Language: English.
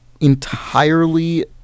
entirely